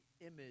image